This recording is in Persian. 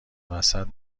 وسط